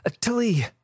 Tilly